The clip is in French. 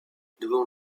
devant